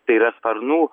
tai yra sparnų